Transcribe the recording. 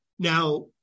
Now